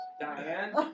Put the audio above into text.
Diane